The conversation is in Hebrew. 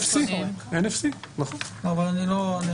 NFC. אבל אני לא מבין,